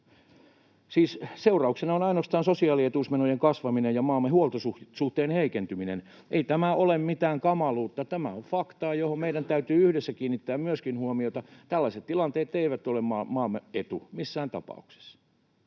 Seurauksena ovat ainoastaan sosiaalietuusmenojen kasvaminen ja maamme huoltosuhteen heikentyminen. Ei tämä ole mitään kamaluutta. Tämä on faktaa, johon meidän täytyy yhdessä kiinnittää myöskin huomiota. Tällaiset tilanteet eivät ole maamme etu missään tapauksessa.